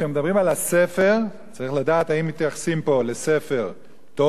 צריך לדעת אם מתייחסים פה לספר טוב או לספר רע.